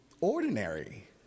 ordinary